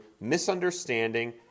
misunderstanding